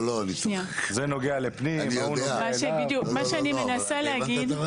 מה שאני מנסה להגיד,